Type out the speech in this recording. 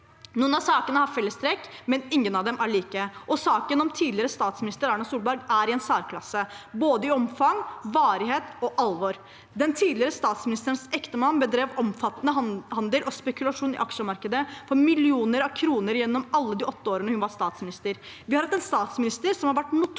Noen av sakene har fellestrekk, men ingen av dem er like. Saken om tidligere statsminister Erna Solberg er i en særklasse i både omfang, varighet og alvor. Den tidligere statsministerens ektemann bedrev omfattende handel og spekulasjon i aksjemarkedet for millioner av kroner gjennom alle de åtte årene hun var statsminister. Vi har hatt en statsminister som har vært notorisk